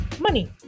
money